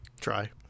Try